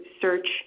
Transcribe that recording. search